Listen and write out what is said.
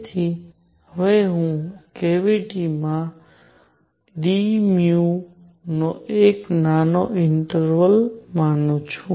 તેથી હવે હું આ કેવીટી માં d નો એક નાનો ઇન્ટરવલ માનું છું